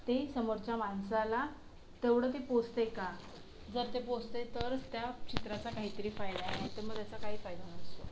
ते समोरच्या माणसाला तेवढं ते पोचत आहे का जर ते पोचत आहे तरच त्या चित्राचा काही तरी फायदा आहे नाही तर मग त्याचा काही फायदा नसतो